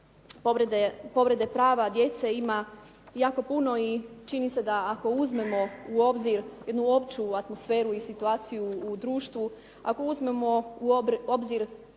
Povrede prava djece ima jako puno i čini se da ako uzmemo u obzir jednu opću atmosferu i situaciju u društvu, ako uzmemo u obzir